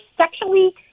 sexually